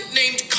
named